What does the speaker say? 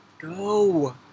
go